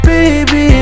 Baby